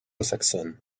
saxonne